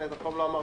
זה ממש לא נכון.